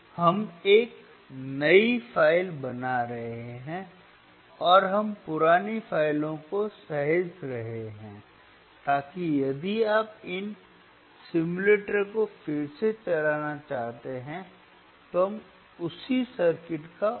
हम एक नई फ़ाइल बना रहे हैं और हम पुरानी फ़ाइलों को सहेज रहे हैं ताकि यदि आप इन सिमुलेटरों को फिर से चलाना चाहते हैं तो हम उसी सर्किट का उपयोग कर सकें